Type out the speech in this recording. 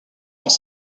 dans